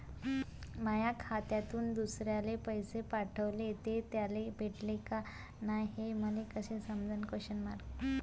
माया खात्यातून दुसऱ्याले पैसे पाठवले, ते त्याले भेटले का नाय हे मले कस समजन?